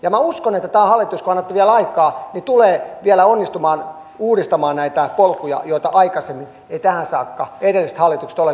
ja minä uskon että tämä hallitus kun annatte vielä aikaa vielä onnistuu uudistamaan näitä polkuja joita aikaisemmin eivät tähän saakka edelliset hallitukset ole kyenneet tekemään